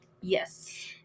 Yes